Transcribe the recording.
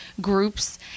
groups